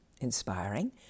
inspiring